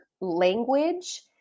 language